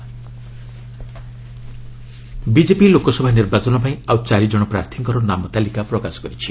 BJP list BJP Lok Sabha ନିର୍ବାଚନ ପାଇଁ ଆଉ ଚାରି ଜଣ ପ୍ରାର୍ଥୀଙ୍କର ନାମତାଲିକା ପ୍ରକାଶ କରିଛି